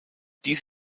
dies